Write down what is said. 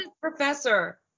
Professor